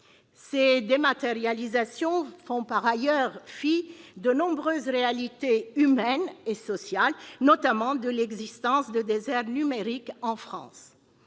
Ces dématérialisations font par ailleurs fi de nombreuses réalités humaines et sociales, notamment l'existence de déserts numériques en France.